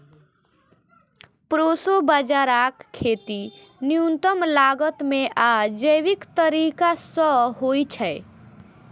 proso बाजाराक खेती न्यूनतम लागत मे आ जैविक तरीका सं होइ छै